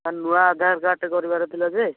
sir ନୂଆ ଆଧାର କାର୍ଡ଼ଟେ କରିବାର ଥିଲା ଯେ